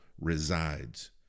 resides